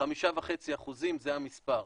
5.5% זה המספר.